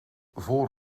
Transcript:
voor